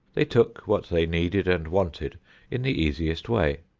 they took what they needed and wanted in the easiest way.